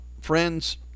friends